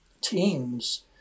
teams